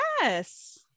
yes